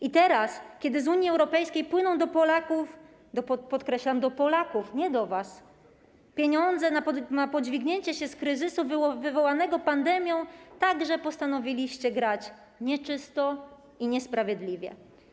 I teraz, kiedy z Unii Europejskiej płyną do Polaków, podkreślam: do Polaków, nie do was, pieniądze na podźwignięcie się z kryzysu wywołanego pandemią, także postanowiliście grać nieczysto i niesprawiedliwie.